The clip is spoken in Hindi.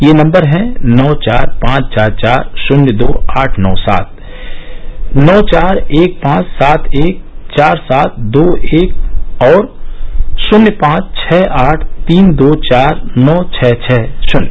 ये नंबर हैं नौ चार पांच चार चार शून्य दो आठ नौ सात नौ चार एक पांच सात एक चार सात दो एक और शून्य पांच छः आठ तीन दो चार नौ छः छः शून्य